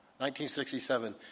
1967